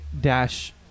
dash